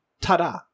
ta-da